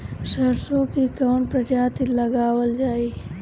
सरसो की कवन प्रजाति लगावल जाई?